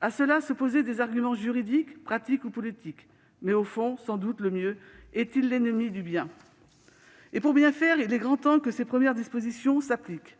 À cela s'opposaient des arguments juridiques, pratiques ou politiques, mais, au fond, ne dit-on pas que le mieux est l'ennemi du bien ? Pour bien faire, il est grand temps que ces premières dispositions s'appliquent.